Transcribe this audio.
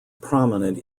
prominent